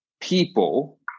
people